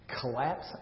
collapse